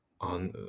on